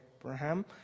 Abraham